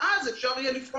אז כן,